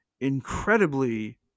incredibly